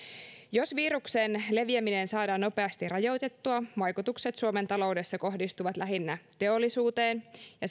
jos viruksen leviäminen saadaan nopeasti rajoitettua vaikutukset suomen taloudessa kohdistuvat lähinnä teollisuuteen ja